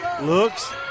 looks